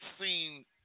seen